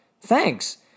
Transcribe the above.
thanks